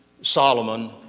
Solomon